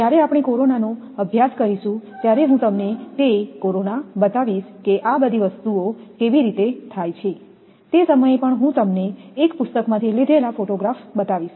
જ્યારે આપણે કોરોના નો અભ્યાસ કરીશું ત્યારે હું તમને તે કોરોના બતાવીશ કે આ બધીવસ્તુઓ કેવી રીતે થાય છે તે સમયે પણ હું તમને એક પુસ્તકમાંથી લીધેલા ફોટોગ્રાફ બતાવીશ